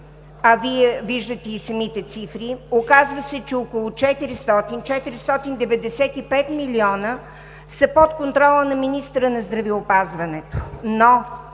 а Вие виждате и самите цифри, оказва се че около 400–495 млн. лв. са под контрола на министъра на здравеопазването.